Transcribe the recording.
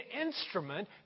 instrument